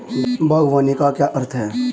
बागवानी का क्या अर्थ है?